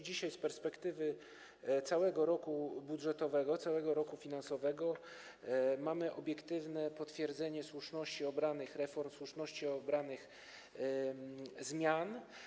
Dzisiaj z perspektywy całego roku budżetowego, całego roku finansowego mamy obiektywne potwierdzenie słuszności obranego kierunku reform, słuszności obranego kierunku zmian.